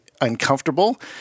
uncomfortable